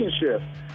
relationship